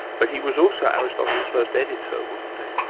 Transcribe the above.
but he was also aristotle's first editor, wasn't he?